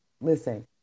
listen